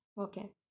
okay